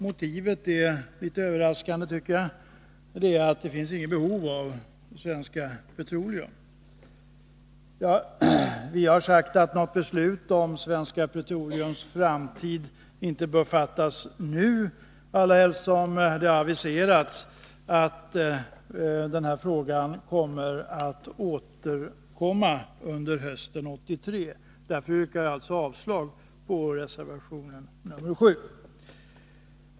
Motivet är litet överraskande — nämligen att det inte finns något behov av Svenska Petroleum. Vi har sagt att ett beslut om Svenska Petroleums framtid inte bör fattas nu, allra helst som det har aviserats att frågan skall återkomma under hösten 1983. Därför yrkar vi avslag på reservation 7.